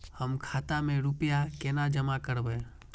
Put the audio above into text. हम खाता में रूपया केना जमा करबे?